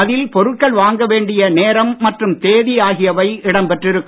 அதில் பொருட்கள் வாங்க வரவேண்டிய நேரம் மற்றும் தேதி ஆகியவை இடம் பெற்றிருக்கும்